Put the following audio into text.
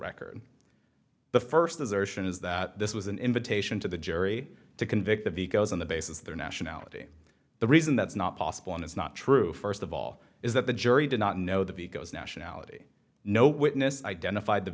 record the first desertion is that this was an invitation to the jury to convict the vehicles on the basis of their nationality the reason that's not possible and it's not true first of all is that the jury did not know that he goes nationality no witness identified the